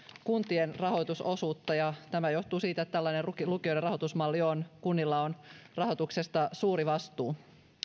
kuntien rahoitusosuutta ja tämä johtuu siitä että lukioiden rahoitusmalli on tällainen kunnilla on rahoituksesta suuri vastuu